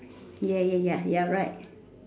ya ya ya you're right